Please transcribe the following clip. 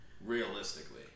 Realistically